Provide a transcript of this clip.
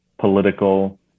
political